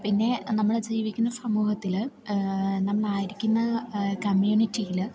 പിന്നെ നമ്മള് ജീവിക്കുന്ന സമൂഹത്തില് നമ്മളിരിക്കുന്ന കമ്മ്യൂണിറ്റിയില്